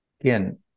again